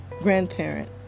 grandparent